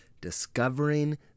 discovering